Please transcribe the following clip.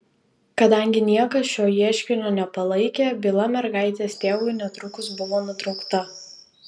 kadangi niekas šio ieškinio nepalaikė byla mergaitės tėvui netrukus buvo nutraukta